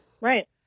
Right